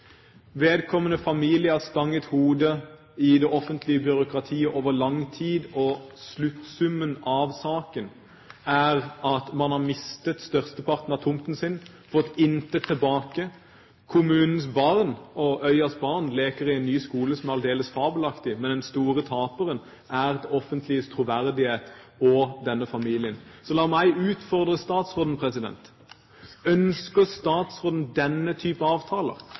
Vedkommende familie har stanget hodet i det offentlige byråkratiet over lang tid. Sluttsummen av saken er at man har mistet størsteparten av tomten sin og fått intet tilbake. Kommunens og øyas barn leker i en ny skole som er aldeles fabelaktig, men den store taperen er det offentliges troverdighet og denne familien. La meg utfordre statsråden: Ønsker statsråden denne type avtaler